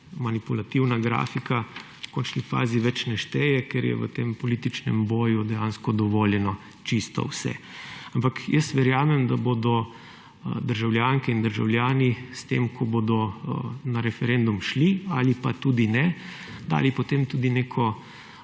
manipulativna grafika, v končni fazi več ne šteje, ker je v tem političnem boju dejansko dovoljeno čisto vse. Ampak verjamem, da bodo državljanke in državljani, s tem ko bodo na referendum šli ali pa tudi ne, dali potem tudi neko